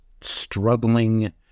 struggling